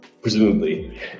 presumably